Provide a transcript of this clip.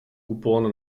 kupón